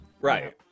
Right